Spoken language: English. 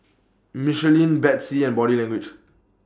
Michelin Betsy and Body Language